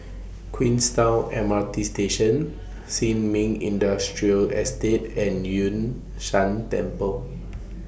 Queenstown M R T Station Sin Ming Industrial Estate and Yun Shan Temple